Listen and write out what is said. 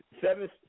Seven